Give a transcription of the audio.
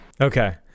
Okay